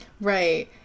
Right